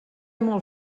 molt